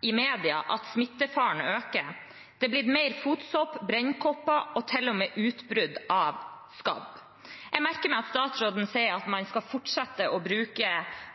i media at smittefaren øker, det blir mer fotsopp, brennkopper og til og med utbrudd av skabb. Jeg merker meg at statsråden sier man skal fortsette å bruke